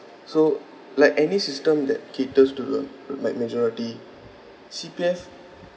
so like any system that caters to the maj~ majority C_P_F